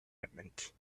encampment